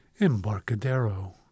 embarcadero